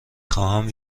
خواهم